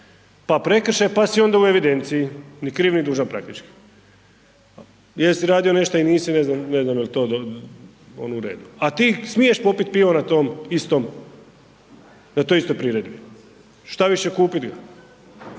pa prekršaj, pa si onda u evidenciji ni kriv ni dužan praktički, jesi radio nešto il nisi ne znam, ne znam je li to onda u redu, a ti smiješ popit pivo na tom istom, na toj istoj priredbi, štaviše kupit ga,